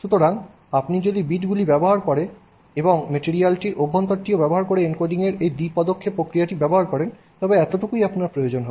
সুতরাং আপনি যদি বিটগুলি ব্যবহার করে এবং মেটিরিয়ালটির অভ্যন্তরটিও ব্যবহার করে এনকোডিংয়ের এই দ্বি পদক্ষেপ প্রক্রিয়াটি ব্যবহার করেন তবে এতোটুকুই আপনার প্রয়োজন হবে